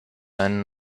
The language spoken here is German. einen